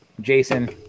Jason